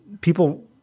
people